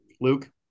Luke